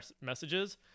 messages